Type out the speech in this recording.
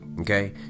Okay